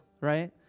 Right